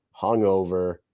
hungover